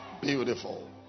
beautiful